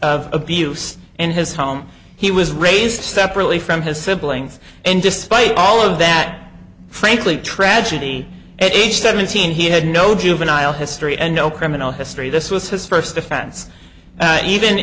of abuse in his home he was raised separately from his siblings and despite all of that frankly tragedy at age seventeen he had no juvenile history and no criminal history this was his first offense even